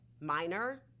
minor